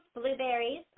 blueberries